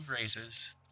raises